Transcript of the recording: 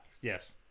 Yes